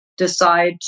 decide